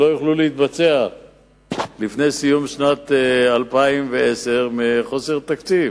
שלא יוכלו להתבצע לפני סיום שנת 2010 מחוסר תקציב.